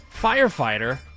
firefighter